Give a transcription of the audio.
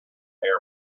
air